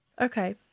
Okay